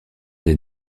des